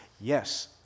Yes